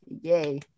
yay